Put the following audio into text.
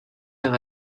leur